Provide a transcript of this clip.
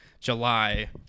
July